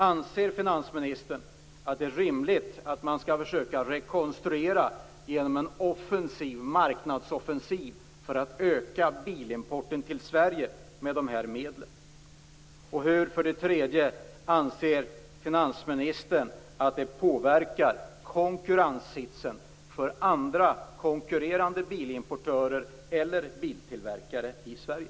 Anser finansministern att det är rimligt att man skall försöka rekonstruera genom en offensiv marknadsoffensiv för att öka bilimporten till Sverige med dessa medel? Slutligen: Hur anser finansministern att det påverkar konkurrenssituationen för andra konkurrerande bilimportörer eller biltillverkare i Sverige?